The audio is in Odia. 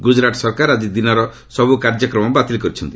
ଗୁଜରାଟ ସରକାର ଆଜି ଦିନର ସବୁ କାର୍ଯ୍ୟକ୍ରମ ବାତିଲ କରିଛନ୍ତି